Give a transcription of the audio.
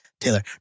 Taylor